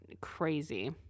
crazy